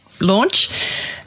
launch